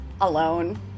alone